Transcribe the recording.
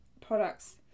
products